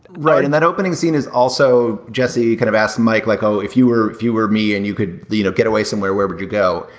right in that opening scene is also jesse. you can kind of ask mike like oh if you were if you were me and you could you know get away somewhere where would you go.